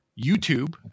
YouTube